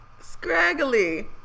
Scraggly